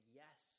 yes